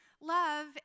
love